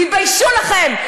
תתביישו לכם.